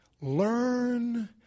Learn